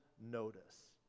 notice